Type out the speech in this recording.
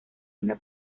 una